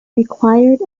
required